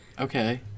Okay